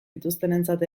dituztenentzat